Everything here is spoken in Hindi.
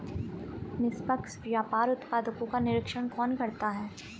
निष्पक्ष व्यापार उत्पादकों का निरीक्षण कौन करता है?